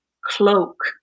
cloak